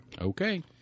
Okay